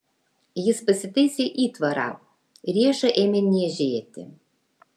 jis pasitaisė įtvarą riešą ėmė niežėti